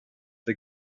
der